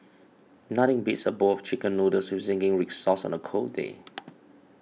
nothing beats a bowl of Chicken Noodles with Zingy Red Sauce on a cold day